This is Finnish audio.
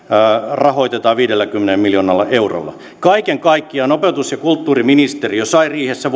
rahoitetaan viidelläkymmenellä miljoonalla eurolla kaiken kaikkiaan opetus ja kulttuuriministeriö sai riihessä